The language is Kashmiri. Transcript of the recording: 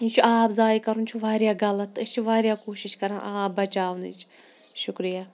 یہِ چھُ آب زایہِ کَرُن چھُ واریاہ غَلَط تہِ أسۍ چھِ واریاہ کوٗشِش کَران آب بَچاونٕچ شُکرِیہ